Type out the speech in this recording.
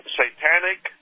satanic